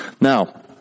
Now